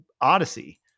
Odyssey